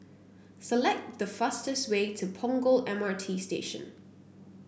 select the fastest way to Punggol M R T Station